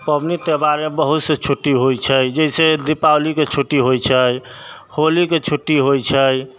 पबनी त्योहारमे बहुतसँ छुट्टी होइ छै जइसे दीपावलीके छुट्टी होइ छै होलीके छुट्टी होइ छै